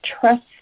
trust